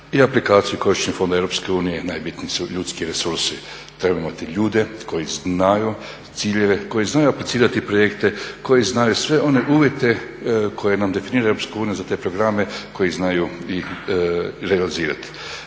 i aplikaciju korištenja fondova Europske unije najbitniji su ljudski resursi. Trebamo imati ljude koji znaju ciljeve, koji znaju aplicirati projekte, koji znaju sve one uvjete koje nam definira Europska unija za te programe, koji ih znaju realizirati.